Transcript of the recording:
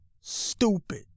stupid